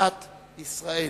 במדינת ישראל.